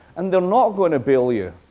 and they're not going to bail you.